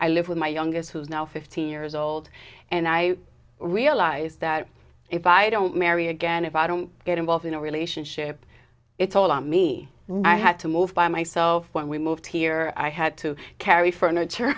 i live with my youngest who is now fifteen years old and i realise that if i don't marry again if i don't get involved in a relationship it's all on me i had to move by myself when we moved here i had to carry furniture